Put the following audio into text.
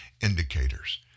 indicators